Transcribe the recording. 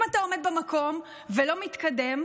אם אתה עומד במקום ולא מתקדם,